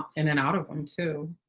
in and out of them, too.